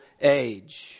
age